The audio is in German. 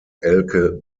elke